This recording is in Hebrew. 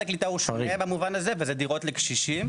הקליטה הוא שונה במובן הזה וזה דירות לקשישים,